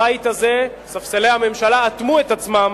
הבית הזה, ספסלי הממשלה אטמו את עצמם,